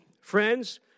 friends